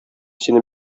сине